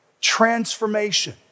Transformation